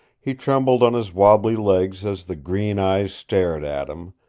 he trembled on his wobbly legs as the green eyes stared at him,